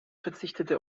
verzichtete